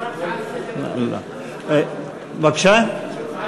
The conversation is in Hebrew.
אפשר הצעה